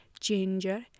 ginger